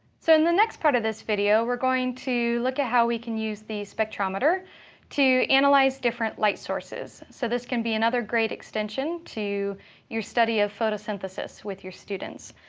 so in the next part of this video, we're going to look at how we can use the spectrometer to analyze different light sources. so this can be another great extension to your study of photosynthesis with your students.